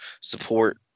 support